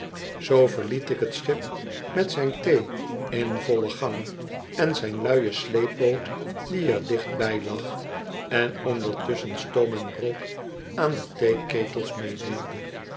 drijft verliet ik t schip met zijn thee in vollen gang en zijn luie sleepboot die er dicht bij lag en ondertusschen stoom en rook aan de theeketels meedeelde